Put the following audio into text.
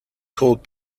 called